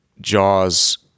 jaws